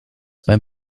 beim